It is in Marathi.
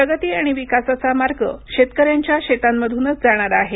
प्रगती आणि विकासाचा मार्ग शेतकऱ्यांच्या शेतांमधूनच जाणारा आहे